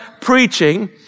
preaching